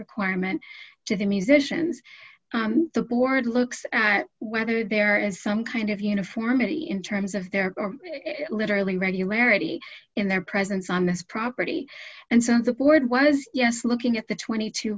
requirement to the musicians the board looks at whether there is some kind of uniformity in terms of their literally regularity in their presence on the property and centerboard was yes looking at the twenty two